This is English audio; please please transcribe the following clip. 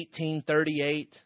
18.38